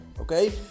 okay